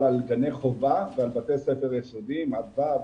על גני חובה ועל בתי ספר יסודיים --- המספר הזה